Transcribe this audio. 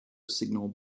signal